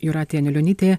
jūratė anilionytė